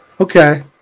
okay